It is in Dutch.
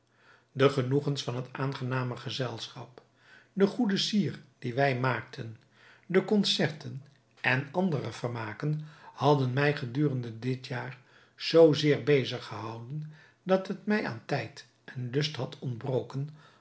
de genoegens van het aangename gezelschap de goede sier die wij maakten de concerten en andere vermaken hadden mij gedurende dit jaar zoo zeer bezig gehouden dat het mij aan tijd en lust had ontbroken